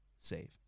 save